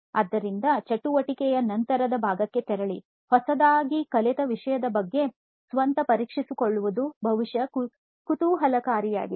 ಆದ್ದರಿಂದ ಚಟುವಟಿಕೆಯ ನಂತರದ ಭಾಗಕ್ಕೆ ತೆರಳಿ ಹೊಸದಾಗಿ ಕಲಿತ ವಿಷಯದ ಬಗ್ಗೆ ಸ್ವತಃ ಪರೀಕ್ಷಿಸಿಕೊಳ್ಳುವುದು ಬಹುಶಃ ಕುತೂಹಲಕಾರಿಯಾಗಿದೆ